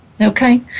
Okay